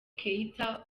keita